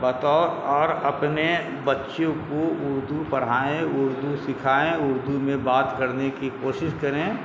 بتاؤ اور اپنے بچوں کو اردو پڑھائیں اردو سکھائیں اردو میں بات کرنے کی کوشش کریں